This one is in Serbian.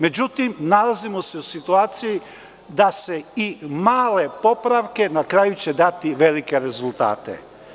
Međutim, nalazimo se u situaciji da će i male popravke na krajudati velike rezultate.